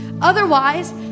Otherwise